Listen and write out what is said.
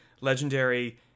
legendary